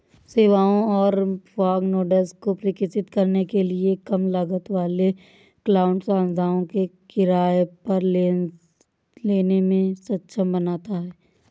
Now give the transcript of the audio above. सेवाओं और fog nodes को प्रकाशित करने के लिए कम लागत वाले क्लाउड संसाधनों को किराए पर लेने में सक्षम बनाता है